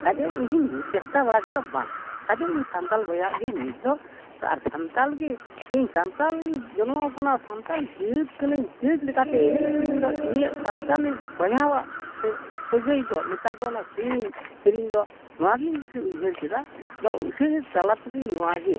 ᱠᱟᱡᱮ ᱤᱧᱦᱚᱧ ᱪᱮᱥᱴᱟ ᱵᱟᱲᱟ ᱠᱮᱫᱟ ᱵᱟᱝ ᱠᱟᱡᱮ ᱤᱧ ᱥᱟᱱᱛᱟᱲ ᱵᱚᱭᱦᱟᱣᱟᱜ ᱜᱮ ᱱᱤᱛ ᱫᱚ ᱟᱨ ᱥᱟᱱᱛᱟᱲ ᱜᱮ ᱛᱮᱦᱮᱧ ᱥᱟᱱᱛᱟᱲᱤᱧ ᱡᱚᱱᱢᱚ ᱟᱠᱟᱱᱟ ᱥᱟᱱᱛᱟᱞ ᱡᱟᱹᱛ ᱠᱟᱹᱱᱟᱹᱧ ᱡᱟᱹᱛ ᱞᱮᱠᱟᱛᱮ ᱮᱱᱮᱡ ᱥᱮᱨᱮᱧ ᱫᱚ ᱤᱧᱟᱹᱜ ᱥᱟᱱᱛᱟᱲᱤ ᱵᱚᱭᱦᱟᱣᱟᱜ ᱥᱟᱹᱜᱟᱹᱭ ᱫᱚ ᱞᱮᱠᱟ ᱫᱚ ᱚᱱᱟ ᱥᱮᱨᱮᱧ ᱥᱮᱨᱮᱧ ᱫᱚ ᱱᱚᱣᱟᱜᱤᱧ ᱫᱤᱥᱟᱹ ᱩᱭᱦᱟᱹᱨ ᱠᱮᱫᱟ ᱟᱫᱚ ᱩᱥᱟᱹᱨᱟ ᱛᱟᱞᱟ ᱛᱮᱜᱮ ᱱᱚᱣᱟᱜᱮ